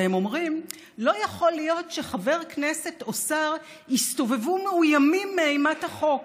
והם אומרים: לא יכול להיות שחבר כנסת או שר יסתובבו מאוימים מאימת החוק.